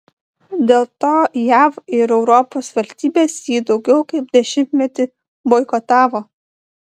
dėl to jav ir europos valstybės jį daugiau kaip dešimtmetį boikotavo